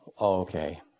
okay